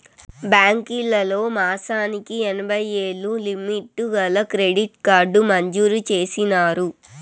బాంకీలోల్లు మాసానికి ఎనభైయ్యేలు లిమిటు గల క్రెడిట్ కార్డు మంజూరు చేసినారు